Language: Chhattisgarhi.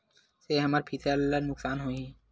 से हमर फसल ला नुकसान होही?